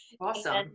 awesome